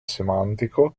semantico